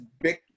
big